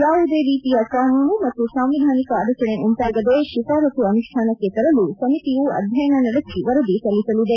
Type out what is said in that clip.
ಯಾವುದೇ ರೀತಿಯ ಕಾನೂನು ಮತ್ತು ಸಾಂವಿಧಾನಿಕ ಅಡಚಣೆ ಉಂಟಾಗದೆ ಶಿಫಾರಸು ಅನುಷ್ಠಾನಕ್ಕೆ ತರಲು ಸಮಿತಿಯು ಅಧ್ಯಯನ ನಡೆಸಿ ವರದಿ ಸಲ್ಲಿಸಲಿದೆ